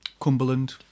Cumberland